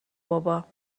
بابا